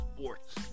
sports